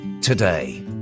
today